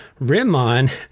Rimon